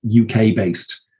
UK-based